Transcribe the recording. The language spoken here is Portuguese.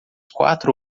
quatro